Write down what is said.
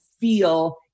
feel